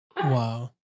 Wow